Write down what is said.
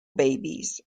babies